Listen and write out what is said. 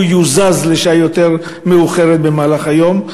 או שהוא יוזז לשעה יותר מאוחרת במהלך היום,